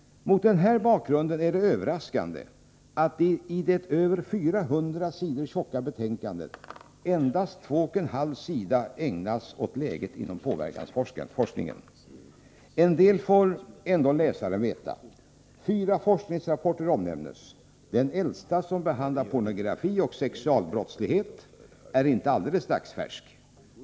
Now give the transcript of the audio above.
Mot denna bakgrund är det överraskande att i det över 400 sidor tjocka betänkandet endast två och en halv sida ägnas åt läget inom påverkansforskningen. En del får läsaren ändå veta. Fyra forskningsrapporter omnämns. Den äldsta, som behandlar pornografi och sexualbrottslighet, är inte alldeles dagsfärsk.